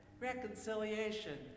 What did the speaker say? reconciliation